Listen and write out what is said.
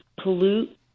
pollute